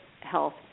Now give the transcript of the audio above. health